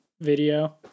video